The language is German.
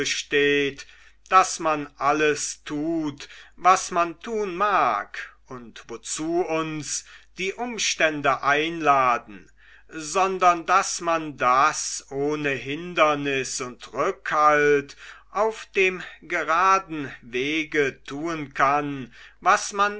daß man alles tut was man tun mag und wozu uns die umstände einladen sondern daß man das ohne hindernis und rückhalt auf dem geraden wege tun kann was man